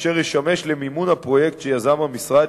אשר ישמש למימון הפרויקט שיזם המשרד